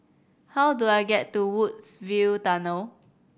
how do I get to Woodsville Tunnel